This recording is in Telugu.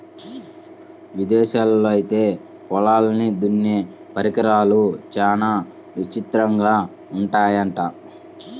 ఇదేశాల్లో ఐతే పొలాల్ని దున్నే పరికరాలు చానా విచిత్రంగా ఉంటయ్యంట